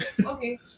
okay